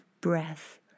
breath